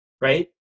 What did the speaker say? right